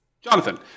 Jonathan